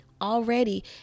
already